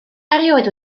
erioed